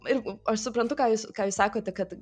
ir aš suprantu ką jūs ką jūs sakote kad